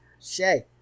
Shay